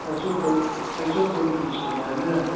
पैसो कौड़ी पैसो कौड़ी किछु छलैये ओइमे